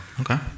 okay